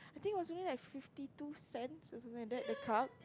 I think was only like fifty two cents or something like that the cup